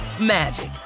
magic